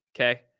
Okay